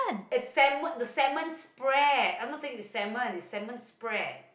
is salmon the salmon spread I not saying the salmon is salmon spread